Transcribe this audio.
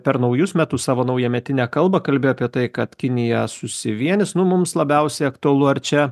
per naujus metus savo naujametinę kalbą kalbėjo apie tai kad kinija susivienys nu mums labiausiai aktualu ar čia